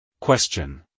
Question